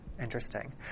Interesting